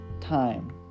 time